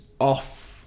off